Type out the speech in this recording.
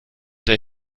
der